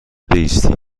بایستید